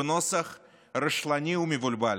בנוסח רשלני ומבולבל,